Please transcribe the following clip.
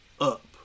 up